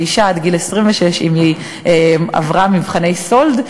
ואישה עד גיל 26 אם היא עברה מבחני סאלד,